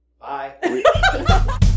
bye